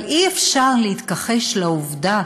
אבל אי-אפשר להתכחש לעובדה